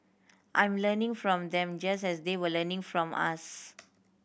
I'm learning from them just as they were learning from us